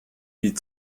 wie